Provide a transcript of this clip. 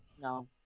No